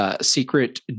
Secret